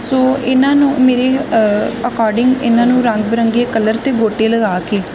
ਸੋ ਇਹਨਾਂ ਨੂੰ ਮੇਰੇ ਅਕੋਰਡਿੰਗ ਇਹਨਾਂ ਨੂੰ ਰੰਗ ਬਿਰੰਗੇ ਕਲਰ ਦੇ ਗੋਟੇ ਲਗਾ ਕੇ